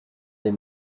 les